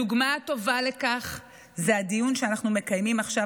הדוגמה הטובה לכך היא הדיון שאנחנו מקיימים עכשיו